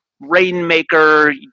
rainmaker